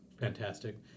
fantastic